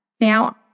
Now